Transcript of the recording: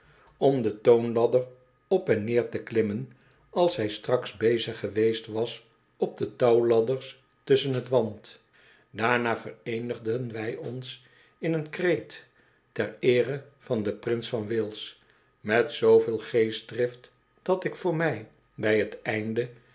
om de toonladder op en neer te klimmen als zij straks bezig geweest was op de touwladders tusschen het want daarna vereenigden wij ons in een kreet ter eere van den prins van wales met zooveel geestdrift dat ik voor mij bij het einde